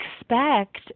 expect